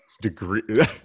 Degree